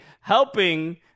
helping